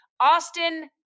Austin